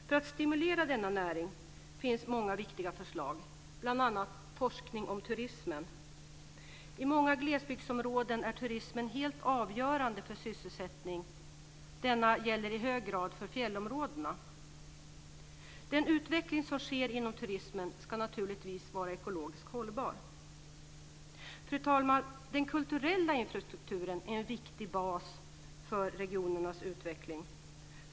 För att stimulera denna näring finns många viktiga förslag, bl.a. forskning om turismen. I många glesbygdsområden är turismen helt avgörande för sysselsättningen. Denna gäller i hög grad för fjällområdena. Den utveckling som sker inom turismen ska naturligtvis vara ekologiskt hållbar. Fru talman! Den kulturella infrastrukturen är en viktig bas för regionernas utveckling.